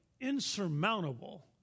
insurmountable